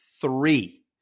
three